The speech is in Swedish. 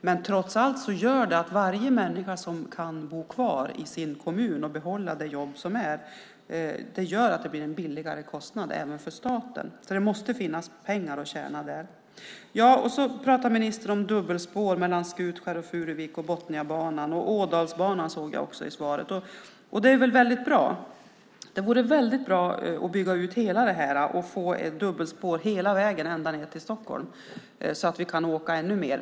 Men trots allt är det så att för varje människa som kan bo kvar i sin kommun och behålla sitt jobb blir det en lägre kostnad även för staten. Det måste finnas pengar att tjäna där. Ministern talade om dubbelspår mellan Skutskär och Furuvik, om Botniabanan och om Ådalsbanan. Det är bra. Det vore väldigt bra om detta byggdes ut så att det blev dubbelspår hela vägen ned till Stockholm så att vi kan åka ännu mer.